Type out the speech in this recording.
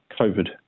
COVID